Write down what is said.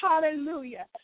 hallelujah